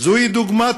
זהו עונש שהיה